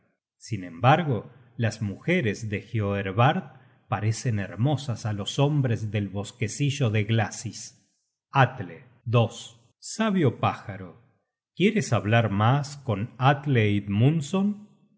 sin embargo las mujeres de hioervard parecen hermosas á los hombres del bosquecillo de glasis atle sabio pájaro quieres hablar mascon atle